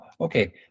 Okay